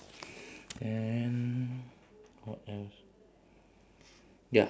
and what else ya